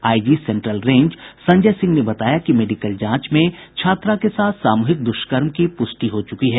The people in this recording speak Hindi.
IG central range Sanjay Singh ने बताया कि मेडिकल जांच में छात्रा के साथ सामूहिक दुष्कर्म की पुष्टि हुई है